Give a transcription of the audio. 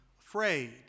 afraid